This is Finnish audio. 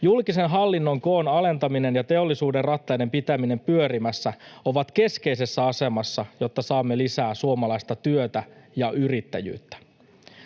Julkisen hallinnon koon alentaminen ja teollisuuden rattaiden pitäminen pyörimässä ovat keskeisessä asemassa, jotta saamme lisää suomalaista työtä ja yrittäjyyttä.